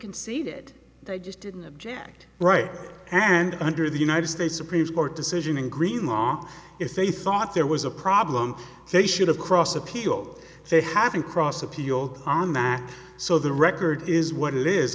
conceded they just didn't object right and under the united states supreme court decision in green mom if they thought there was a problem they should have cross appealed they haven't cross appealed on that so the record is what it is